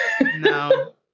No